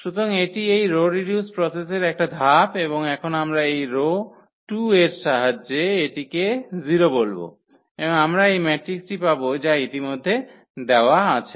সুতরাং এটি এই রো রিডিউস প্রসেসের একটা ধাপ এবং এখন আমরা এই রো 2 এর সাহায্যে এটিকে 0 বলব এবং আমরা এই ম্যাট্রিক্সটি পাব যা ইতিমধ্যেই দেওয়া আছে